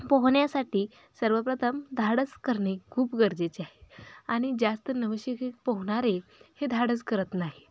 पोहण्यासाठी सर्वप्रथम धाडस करणे खूप गरजेचे आहे आणि जास्त नवशिके पोहणारे हे धाडस करत नाही